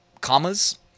commas